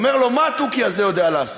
אומר לו: מה התוכי הזה יודע לעשות?